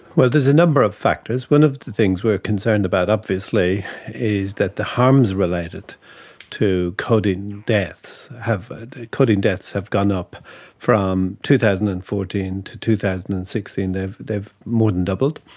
well, there's a number of factors. one of the things we are concerned about obviously is that the harms related to codeine and deaths, ah codeine deaths have gone up from two thousand and fourteen to two thousand and sixteen they have they have more than doubled.